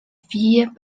fille